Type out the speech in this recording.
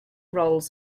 rolls